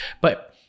But-